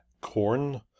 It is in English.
corn